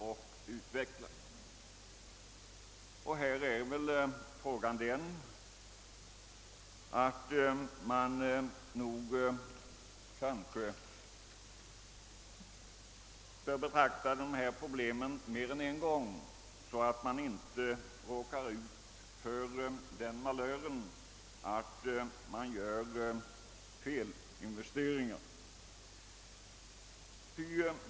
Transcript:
Men det finns anledning att tänka över problemen mer än en gång, så att man inte råkar ut för malören att göra felinvesteringar.